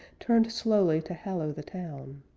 turned slowly to hallow the town?